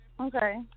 Okay